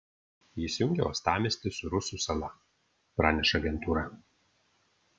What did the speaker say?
jis jungia uostamiestį su rusų sala praneša agentūra